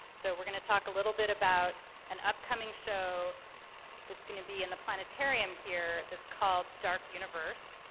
so we're going to talk a little bit about an upcoming show that's going to be in the planetarium here that's called dark universe.